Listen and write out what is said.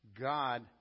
God